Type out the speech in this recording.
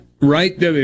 right